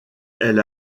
elle